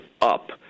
up